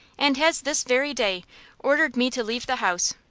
and has this very day ordered me to leave the house.